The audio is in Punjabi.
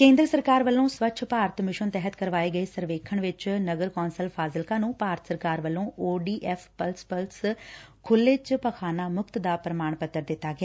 ਕੇਂਦਰ ਸਰਕਾਰ ਵੱਲੋ ਸਵੱਛ ਭਾਰਤ ਮਿਸ਼ਨ ਤਹਿਤ ਕਰਵਾਏ ਗਏ ਸਰਵੇਖਣ ਵਿੱਚ ਨਗਰ ਕੋਂਂਸਲ ਫਾਜਿਲਕਾ ਨ੍ਹੰ ਭਾਰਤ ਸਰਕਾਰ ਵੱਲੋ ਓਡੀਐਫ ਪਲਸ ਪਲਸ ਖੁੱਲੇ ਚ ਪਾਖਾਨਾ ਮੁਕਤ ਦਾ ਪ੍ਰਮਾਣ ਪੱਤਰ ਦਿੱਤਾ ਗਿਆ